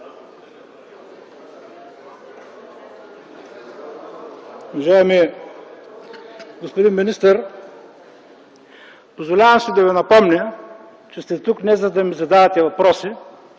Уважаеми господин министър, позволявам си да Ви напомня, че сте тук днес, не за да ми задавате въпроси,